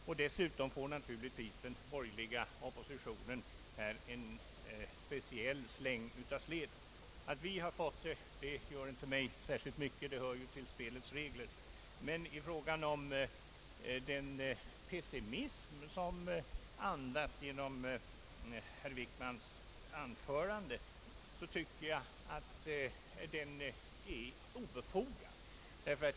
Naturligtvis fick dessutom den borgerliga oppositionen en speciell släng av sleven, men det gör inte mig särskilt mycket, ty det hör till spelets regler. Den pessimism som kom till uttryck i herr Wickmans anförande tycker jag är obefogad.